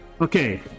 Okay